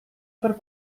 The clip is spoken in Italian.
per